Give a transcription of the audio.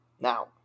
Now